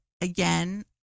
again